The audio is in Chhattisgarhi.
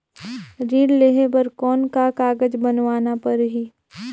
ऋण लेहे बर कौन का कागज बनवाना परही?